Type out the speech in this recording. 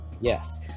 Yes